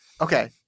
Okay